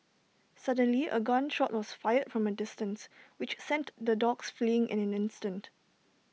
suddenly A gun shot was fired from A distance which sent the dogs fleeing in an instant